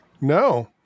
No